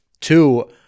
Two